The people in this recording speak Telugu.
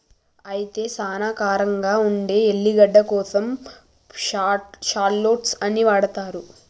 అయితే సానా కారంగా ఉండే ఎల్లిగడ్డ కోసం షాల్లోట్స్ ని వాడతారు